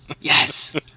Yes